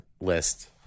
list